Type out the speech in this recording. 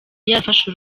yarafashe